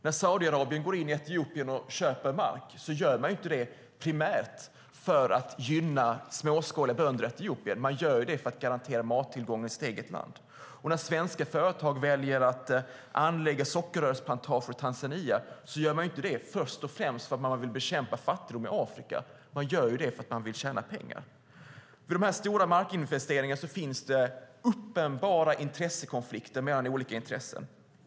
När Saudiarabien köper mark i Etiopien gör man inte det primärt för att man vill gynna småskaliga bönder i Etiopien, utan man gör det för att man vill garantera mattillgången för sitt eget land. När svenska företag väljer att anlägga sockerrörsplantager i Tanzania är det inte för att först och främst bekämpa fattigdom i Afrika utan för att tjäna pengar. Vid dessa stora markinvesteringar finns det uppenbara intressekonflikter mellan olika intressen.